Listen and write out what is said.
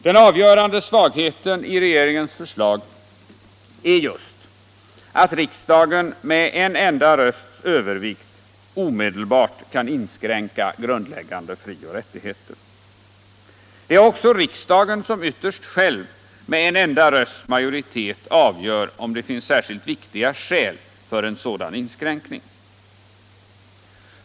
Den avgörande svagheten i regeringens förslag är just att riksdagen med en enda rösts övervikt omedelbart kan inskränka grundläggande frioch rättigheter. Det är också riksdagen som ytterst själv med en enda rösts majoritet avgör om det finns särskilt viktiga skäl för en sådan inskränkning.